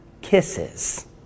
kisses